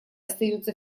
остается